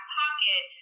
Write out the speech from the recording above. pocket